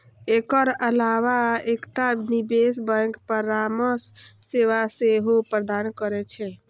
एकर अलावा एकटा निवेश बैंक परामर्श सेवा सेहो प्रदान करै छै